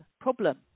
problem